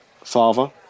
father